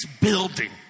building